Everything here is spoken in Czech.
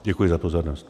Děkuji za pozornost.